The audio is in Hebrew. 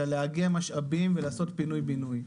אלא לאגם משאבים ולעשות פינוי-בינוי.